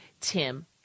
Tim